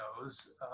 knows